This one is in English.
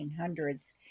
1800s